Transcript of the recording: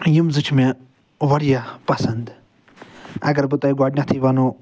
یِم زٕ چھِ مےٚ واریاہ پَسَنٛد اگر بہٕ تۄہہِ گۄڈٕنٮ۪تھٕے وَنو